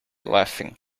laughing